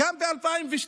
גם ב-2002